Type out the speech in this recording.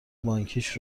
بانکیش